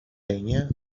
tenha